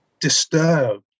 disturbed